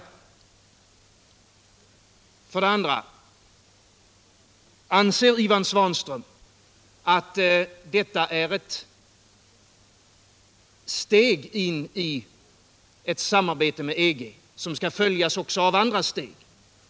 Anser Ivan Svanström att detta är ett steg in i ett samarbete med EG som skall följas också av andra steg?